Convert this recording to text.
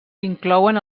inclouen